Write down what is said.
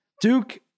Duke